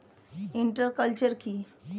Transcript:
Inter culture কি?